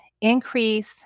increase